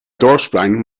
dorpsplein